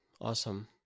Awesome